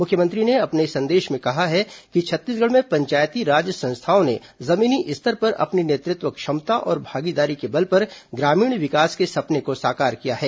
मुख्यमंत्री ने अपने संदेश में कहा है कि छत्तीसगढ़ में पंचायती राज संस्थाओं ने जमीनी स्तर पर अपनी नेतृत्व क्षमता और भागीदारी के बल पर ग्रामीण विकास के सपने को साकार किया है